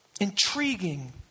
intriguing